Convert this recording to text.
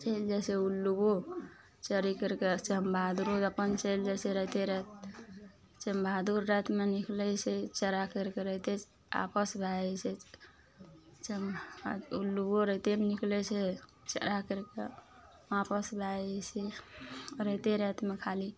चलि जाइ छै उल्लुओ चरी करिके चमबहादुरो अपन चलि जाइ छै राइते राति चमबहादुर रातिमे निकलय छै चरा करि कए राइते आपस भए जाइ छै चम आओर उल्लुओ राइतेमे निकलै छै चरा कैर कए वापस भए जाइ छै राइते रातिमे खाली